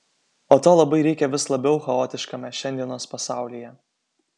o to labai reikia vis labiau chaotiškame šiandienos pasaulyje